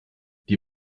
die